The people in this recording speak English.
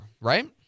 right